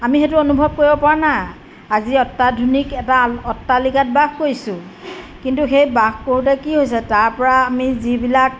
আমি সেইটো অনুভৱ কৰিব পৰা না আজি অত্যাধুনিক এটা অট্টালিকাত বাস কৰিছোঁ কিন্তু সেই বাস কৰোঁতে কি হৈছে তাৰপৰা আমি যিবিলাক